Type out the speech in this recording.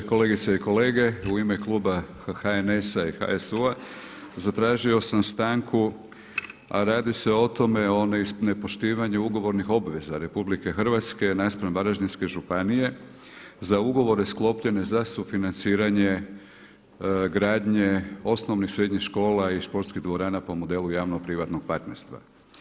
U ime kluba HNS-a i HSU-a, zatražio sam stanku, a radi se o tome o nepoštivanju ugovornih obveza RH naspram Varaždinske županije za ugovore sklopljene za sufinanciranje gradnje osnovnih i srednjih škola i sportskih dvorana po modelu javno privatnog partnerstva.